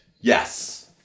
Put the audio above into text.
Yes